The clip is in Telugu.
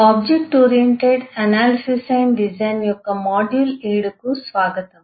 ఆబ్జెక్ట్ ఓరియెంటెడ్ విశ్లేషణ మరియు రూపకల్పన యొక్క మాడ్యూల్ 7 కు స్వాగతం